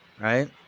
Right